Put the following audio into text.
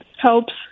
helps